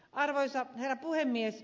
arvoisa herra puhemies